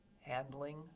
handling